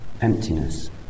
emptiness